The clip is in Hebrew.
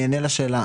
אני אענה על השאלה.